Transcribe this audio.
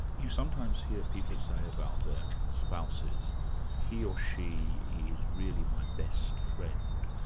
you sometimes hear people say about their spouses he or she is really my best friend.